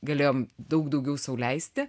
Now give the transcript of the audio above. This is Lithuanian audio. galėjom daug daugiau sau leisti